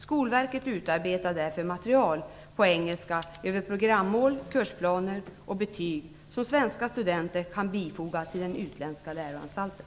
Skolverket utarbetar därför material på engelska över programmål, kursplaner och betyg som svenska studenter kan bifoga till den utländska läroanstalten.